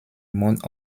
monde